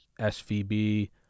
SVB